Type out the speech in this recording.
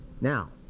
Now